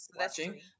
watching